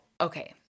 okay